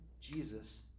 Jesus